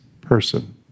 person